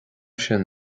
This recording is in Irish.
sin